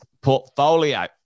portfolio